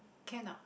can or not